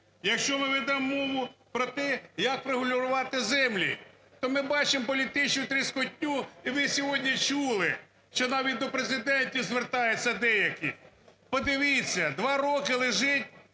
Якщо ми ведемо мову про те, як врегулювати землі, то ми бачимо політичну тріскотню. І ви сьогодні чули, що навіть до Президента звертаються деякі. Подивіться, два роки лежить